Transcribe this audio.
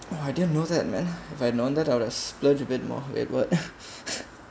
!wah! I didn't know that man if I had known that I would have splurge a bit more at work